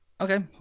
Okay